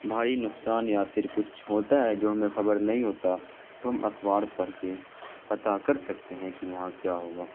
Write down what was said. بھاری نقصان یا پھر کچھ ہوتا ہے جو ہمیں خبر نہیں ہوتا تو ہم اخبار پڑھ کے پتا کر سکتے ہیں کہ وہاں کیا ہوا